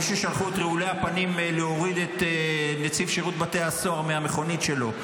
כפי ששלחו את רעולי הפנים להוריד את נציב שירות בתי הסוהר מהמכונית שלו,